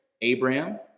Abraham